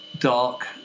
dark